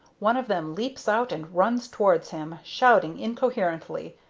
one of them leaps out and runs towards him, shouting incoherently.